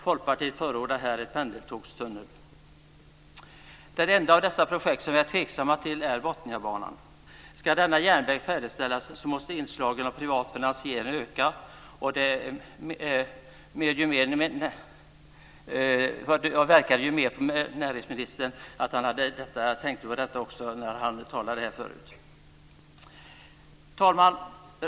Folkpartiet förordar här en pendeltågstunnel. Det enda av dessa projekt som vi är tveksamma till är Botniabanan. Ska denna järnväg färdigställas måste inslagen av privat finansiering öka. Det verkade på näringsministern när han talade förut som att också han tänker så. Fru talman!